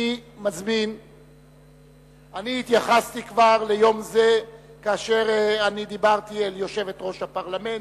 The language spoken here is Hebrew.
אני כבר התייחסתי ליום זה כאשר דיברתי אל יושבת-ראש הפרלמנט.